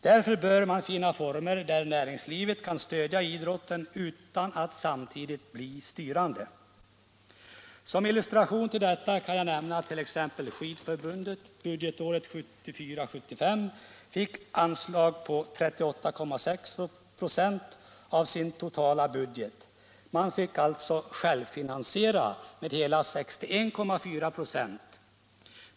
Därför bör man finna former där näringslivet kan stödja idrotten utan att samtidigt bli styrande. Som illustration till detta kan jag nämna att t.ex. Skidförbundet budgetåret 1974/75 fick i anslag 38,6 4 av sin totala budget. Man fick alltså själv finansiera 61,4 96.